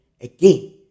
again